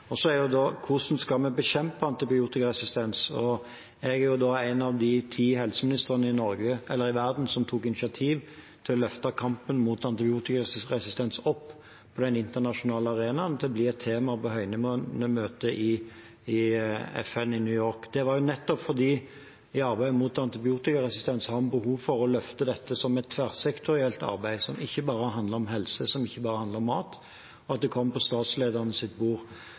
Så er da spørsmålet: Hvordan skal vi bekjempe antibiotikaresistens? Jeg er en av de ti helseministrene i verden som tok initiativ til å løfte kampen mot antibiotikaresistens opp på den internasjonale arenaen. Det blir et tema på høynivåmøtet i FN i New York. Det var jo nettopp fordi vi i arbeidet mot antibiotikaresistens hadde behov for å løfte dette som et tverrsektorielt arbeid, som ikke bare handler om helse, og som ikke bare handler om mat, og at det kom på statsledernes bord.